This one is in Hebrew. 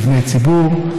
מבני ציבור,